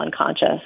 unconscious